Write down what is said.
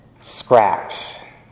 scraps